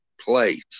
place